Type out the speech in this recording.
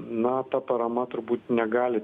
na ta parama turbūt negali